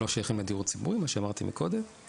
שלא שייכות לדיור הציבורי, מה שאמרתי קודם.